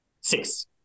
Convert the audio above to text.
Six